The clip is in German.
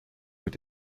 mit